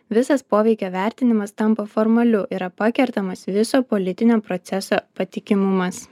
visas poveikio vertinimas tampa formaliu yra pakertamas viso politinio proceso patikimumas